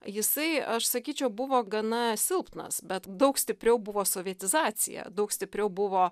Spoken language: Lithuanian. jisai aš sakyčiau buvo gana silpnas bet daug stipriau buvo sovietizacija daug stipriau buvo